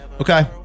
Okay